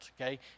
okay